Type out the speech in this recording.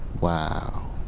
Wow